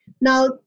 Now